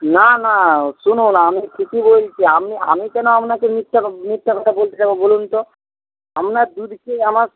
না না শুনুন আমি ঠিকই বলছি আমি আমি কেন আপনাকে মিথ্যা মিথ্যা কথা বলতে যাব বলুন তো আপনার দুধ খেয়ে আমার